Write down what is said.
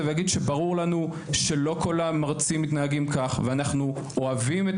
ואגיד שברור לנו שלא כל המרצים מתנהגים כך ואנחנו אוהבים את